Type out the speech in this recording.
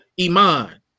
Iman